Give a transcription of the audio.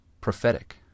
prophetic